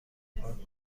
پارک